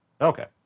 Okay